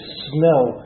smell